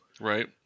right